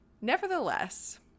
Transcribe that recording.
nevertheless